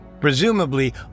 Presumably